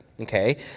okay